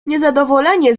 niezadowolenie